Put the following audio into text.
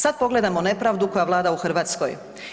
Sad pogledajmo nepravdu koja vlada u Hrvatskoj.